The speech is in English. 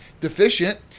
deficient